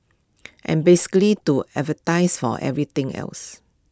and basically to advertise for everything else